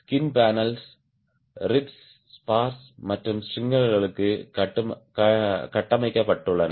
skin பேனல்கள் ரிப்ஸ்ல் spars மற்றும் ஸ்ட்ரிங்கர்களுக்கு கட்டமைக்கப்பட்டுள்ளன